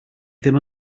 ddim